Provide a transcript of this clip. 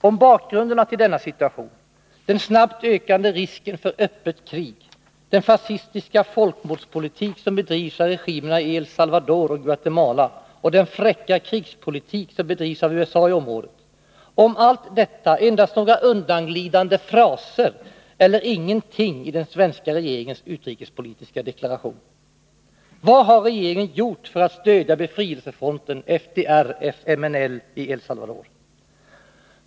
Om bakgrunderna till denna situation, den snabbt ökande risken för öppet krig, den fascistiska folkmordspolitik som bedrivs av regimerna i El Salvador och Guatemala och den fräcka krigspolitik som bedrivs av USA i området, om allt detta finns endast några undanglidande fraser eller ingenting i den svenska regeringens utrikespolitiska deklaration. Vad har regeringen gjort för att stödja befrielsefronten FDR/FMNL i El Salvador?